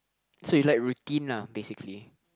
so you like routine lah basically